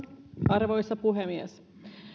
arvoisa puhemies